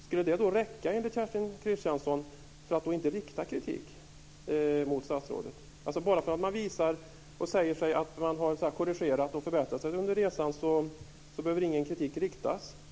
Skulle det enligt Kerstin Kristiansson räcka för att inte rikta kritik mot statrådet? Bara för att man säger att man har förbättrat sig under resans gång behöver ingen kritik riktas.